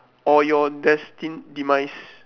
or your destined demise